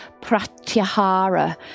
Pratyahara